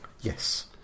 Yes